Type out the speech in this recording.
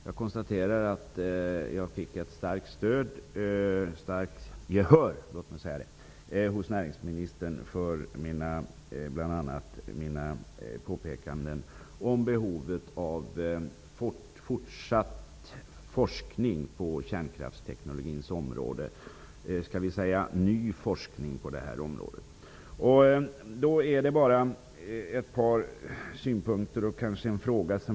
Jag konstaterar att jag fick ett starkt gehör hos näringsministern för bl.a. mina påpekanden om behovet av fortsatt -- och skall vi säga ny? -- forskning på kärnkraftsteknologins område. Då har jag bara ett par synpunkter och kanske en fråga.